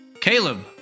Caleb